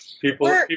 People